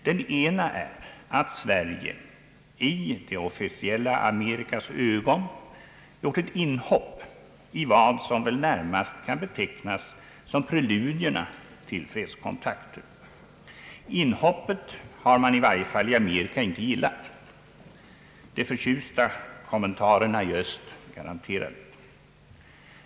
Den ena är att Sverige i det officiella Amerikas ögon gjort ett inhopp i vad som väl närmast kan betecknas som preludierna till fredskontakter. Inhoppet har man i varje fall i Amerika inte gillat. De förtjusta kommentarerna i Öst garanterar det.